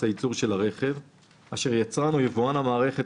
הייצור של הרכב אשר יצרן או יבואן המערכת,